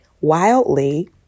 wildly